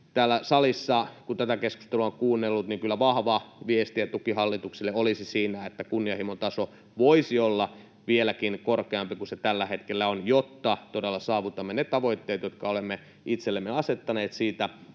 Täällä salissa kun tätä keskustelua on kuunnellut, niin kyllä vahva viesti ja tuki hallitukselle olisi siinä, että kunnianhimon taso voisi olla vieläkin korkeampi kuin se tällä hetkellä on, jotta todella saavutamme ne tavoitteet, jotka olemme itsellemme asettaneet siitä,